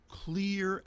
clear